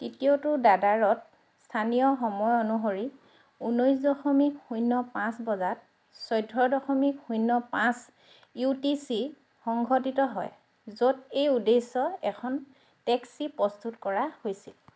তৃতীয়টো দাদাৰত স্থানীয় সময় অনুসৰি ঊনৈছ দশমিক শূন্য পাঁচ বজাত চৈধ্য দশমিক শূন্য পাঁচ ইউ টি চি সংঘটিত হয় য'ত এই উদ্দেশ্যই এখন টেক্সি প্রস্তুত কৰা হৈছিল